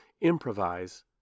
improvise